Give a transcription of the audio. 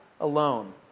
alone